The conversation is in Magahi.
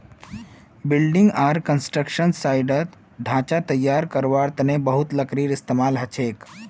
बिल्डिंग आर कंस्ट्रक्शन साइटत ढांचा तैयार करवार तने बहुत लकड़ीर इस्तेमाल हछेक